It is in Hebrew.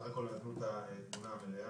בסך הכול הם נתנו את התמונה המלאה.